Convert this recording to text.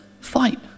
fight